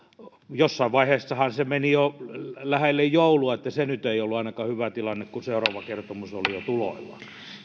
jossain vaiheessahan se se meni jo lähelle joulua se nyt ei ollut ainakaan hyvä tilanne kun seuraava kertomus oli jo tuloillaan